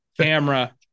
camera